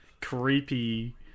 creepy